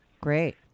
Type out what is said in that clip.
Great